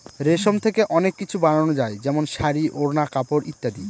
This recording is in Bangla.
রেশম থেকে অনেক কিছু বানানো যায় যেমন শাড়ী, ওড়না, কাপড় ইত্যাদি